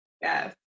Yes